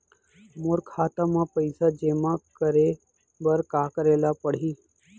मोर खाता म पइसा जेमा करे बर का करे ल पड़ही?